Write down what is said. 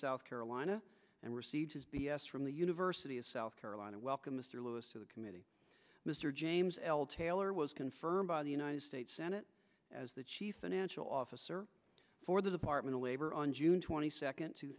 south carolina and receive his b s from the university of south carolina welcome mr lewis to the committee mr james l taylor was confirmed by the united states senate as the chief financial officer for the department of labor on june twenty second two